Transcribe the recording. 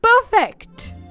perfect